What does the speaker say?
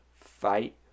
fight